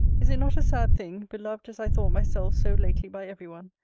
is it not a sad thing, beloved as i thought myself so lately by every one,